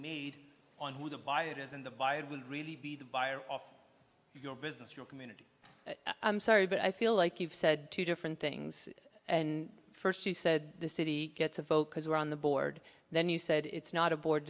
made on who to buy it is and divided will really be the buyer off of your business your community i'm sorry but i feel like you've said two different things and first she said the city gets a vote because we're on the board then you said it's not a board